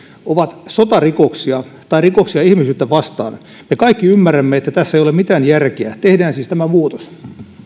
ovat sotarikoksia tai rikoksia ihmisyyttä vastaan me kaikki ymmärrämme että tässä ei ole mitään järkeä tehdään siis tämä muutos